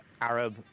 arab